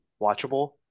watchable